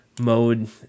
mode